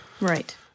Right